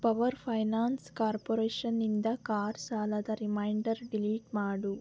power finance ಕಾರ್ಪೊರೇಷನ್ನಿಂದ car ಸಾಲದ reminder delete ಮಾಡು